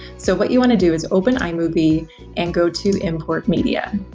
so, what you wanna do is open imovie and go to import media.